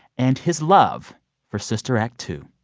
and his love for sister act two.